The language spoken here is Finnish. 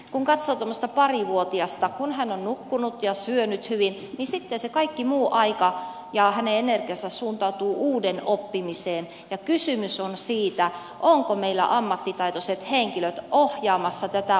kun katsoo tuommoista parivuotiasta kun hän on nukkunut ja syönyt hyvin niin sitten se kaikki muu aika ja hänen energiansa suuntautuu uuden oppimiseen ja kysymys on siitä ovatko meillä ammattitaitoiset henkilöt ohjaamassa tätä oppimista